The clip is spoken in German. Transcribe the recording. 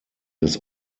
des